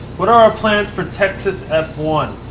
what are our plans for texas f one?